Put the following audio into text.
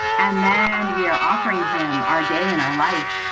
and then we're offering him our day in our life.